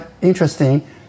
interesting